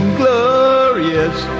glorious